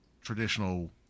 traditional